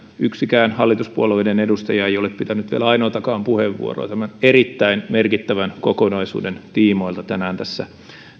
yksikään hallituspuolueiden edustaja ei ole pitänyt vielä ainoatakaan puheenvuoroa tämän erittäin merkittävän kokonaisuuden tiimoilta tänään tässä